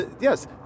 Yes